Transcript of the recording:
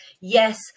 yes